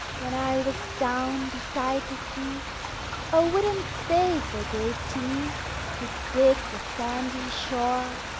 when i was down beside the sea a wooden spade they gave to me to dig the sandy shore.